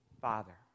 father